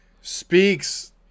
speaks